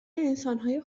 انسانهای